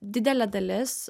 didelė dalis